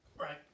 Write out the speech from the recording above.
Right